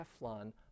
Teflon